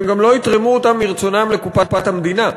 והם גם לא יתרמו אותם מרצונם לקופת המדינה.